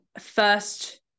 first